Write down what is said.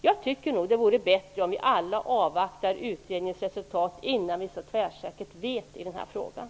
Jag tycker nog att det vore bättre om vi alla avvaktar utredningens resultat i den här frågan innan vi så tvärsäkert vet.